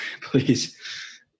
Please